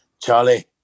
charlie